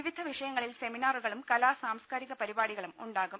വിവിധ വിഷയങ്ങളിൽ സെമിനാറുകളും കലാ സാംസ്കാരിക പരിപാടികളും ഉണ്ടാവും